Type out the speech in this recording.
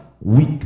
Weak